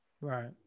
Right